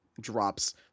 drops